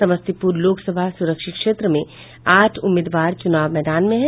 समस्तीपुर लोकसभा सुरक्षित क्षेत्र में आठ उम्मीदवार चुनाव मैदान में है